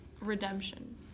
redemption